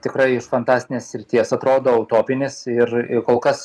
tikrai iš fantastinės srities atrodo utopinis ir kol kas